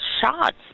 shots